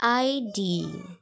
ID